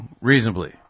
reasonably